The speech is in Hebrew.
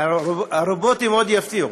הרובוטים עוד יפתיעו.